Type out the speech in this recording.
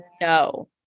No